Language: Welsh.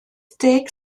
deg